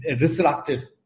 resurrected